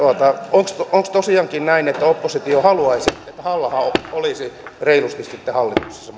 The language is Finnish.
onko onko tosiaankin näin että oppositio haluaisi että halla aho olisi reilusti sitten hallituksessa